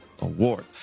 Award